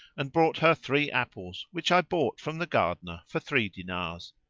and brought her three apples which i bought from the gardener for three dinars.